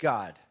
God